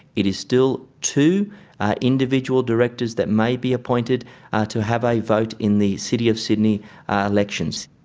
it is still two individual directors that may be appointed to have a vote in the city of sydney elections.